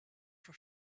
for